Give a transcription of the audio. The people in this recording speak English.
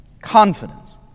Confidence